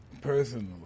personally